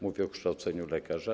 Mówię o kształceniu lekarzy.